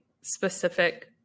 specific